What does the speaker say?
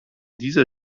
dieser